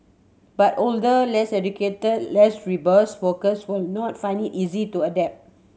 but older less educated less robust workers will not find it easy to adapt